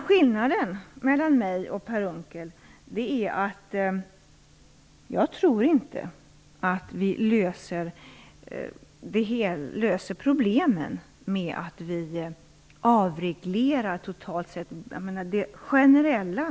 Skillnaden mellan mig och Per Unckel är att jag inte tror att vi löser problemen med att avreglera totalt sett.